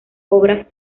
obras